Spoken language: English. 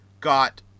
got